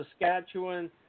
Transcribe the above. Saskatchewan